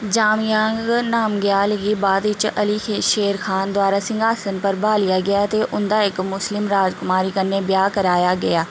जामयांग नामग्याल गी बाद इच अली शेर खान द्वारा सिंघासन पर ब्हालेआ गेआ ते उं'दा इक मुस्लिम राजकुमारी कन्नै ब्याह् कराया गेआ